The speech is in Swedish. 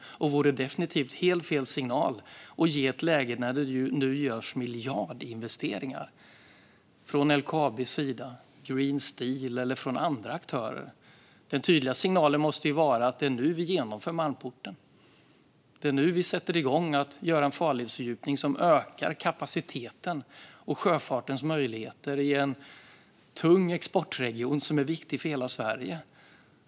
Det vore också definitivt helt fel signal att ge i ett läge när det nu görs miljardinvesteringar från LKAB, Green Steel och andra aktörer. Den tydliga signalen måste vara: Det är nu vi genomför Malmporten. Det är nu vi sätter igång att göra en farledsfördjupning som ökar kapaciteten och sjöfartens möjligheter i en tung exportregion som är viktig för hela Sverige.